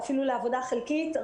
או אפילו לעבודה חלקית,